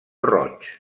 roig